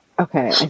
Okay